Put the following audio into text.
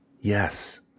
Yes